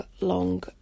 long